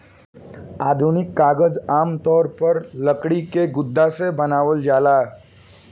आधुनिक कागज आमतौर पर लकड़ी के गुदा से बनावल जाला